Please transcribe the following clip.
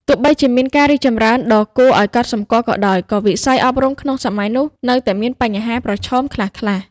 ទោះបីជាមានការរីកចម្រើនដ៏គួរឱ្យកត់សម្គាល់ក៏ដោយ ក៏វិស័យអប់រំក្នុងសម័យនោះនៅតែមានបញ្ហាប្រឈមខ្លះៗ។